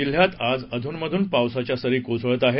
जिल्ह्यात आज अधून मधून पावसाच्या सरी कोसळत आहेत